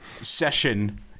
session